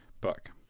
book